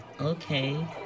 Okay